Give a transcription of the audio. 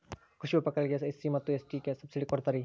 ಕೃಷಿ ಪರಿಕರಗಳಿಗೆ ಎಸ್.ಸಿ ಮತ್ತು ಎಸ್.ಟಿ ಗೆ ಎಷ್ಟು ಸಬ್ಸಿಡಿ ಕೊಡುತ್ತಾರ್ರಿ?